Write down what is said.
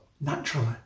naturally